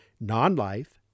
non-life